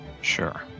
sure